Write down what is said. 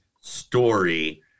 Story